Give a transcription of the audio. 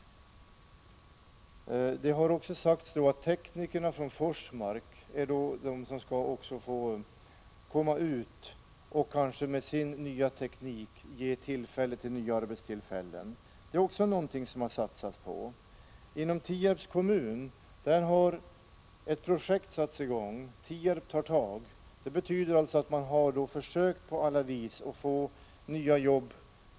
Det har också sagts att teknikerna från Forsmark skall komma ut och med sin teknik ge nya arbetstillfällen. Inom Tierps kommun har ett projekt satts i gång, ”Tierp tar tag”. Det betyder att man på alla vis har försökt få nya jobb.